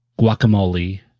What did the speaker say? guacamole